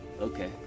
okay